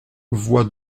voie